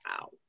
wow